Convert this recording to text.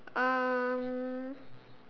um